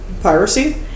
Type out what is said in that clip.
piracy